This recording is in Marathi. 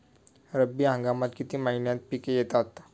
रब्बी हंगामात किती महिन्यांत पिके येतात?